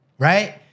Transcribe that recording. Right